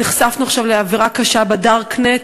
נחשפנו עכשיו לעבירה קשה ב-Darknet,